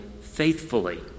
faithfully